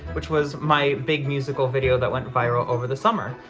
which was my big musical video that went viral over the summer.